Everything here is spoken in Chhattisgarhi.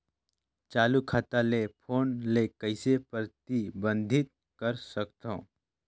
चालू खाता ले फोन ले कइसे प्रतिबंधित कर सकथव?